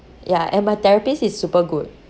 ya and my therapist is super good